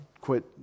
quit